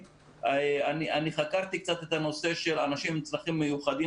אני חקרתי קצת את הנושא של אנשים עם צרכים מיוחדים